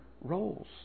roles